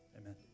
Amen